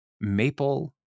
maple